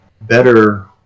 better